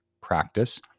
practice